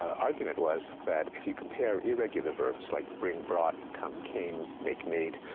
argument was that, if you compare irregular verbs, like bring brought, come came, make made,